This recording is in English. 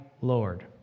Lord